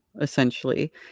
essentially